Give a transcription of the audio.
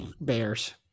Bears